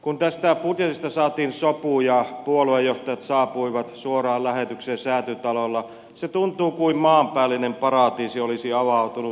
kun tästä budjetista saatiin sopu ja puoluejohtajat saapuivat suoraan lähetykseen säätytalolle se tuntui kuin maanpäällinen paratiisi olisi avautunut